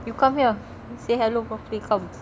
you come here say hello properly come